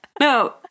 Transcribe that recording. No